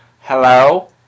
Hello